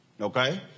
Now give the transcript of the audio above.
Okay